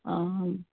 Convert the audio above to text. অঁ